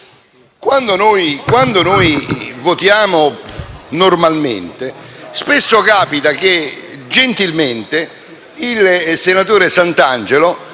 Quando votiamo normalmente, spesso capita che gentilmente il senatore Santangelo